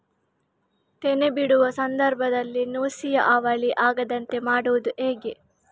ತೆನೆ ಬಿಡುವ ಸಂದರ್ಭದಲ್ಲಿ ನುಸಿಯ ಹಾವಳಿ ಆಗದಂತೆ ಮಾಡುವುದು ಹೇಗೆ?